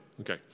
okay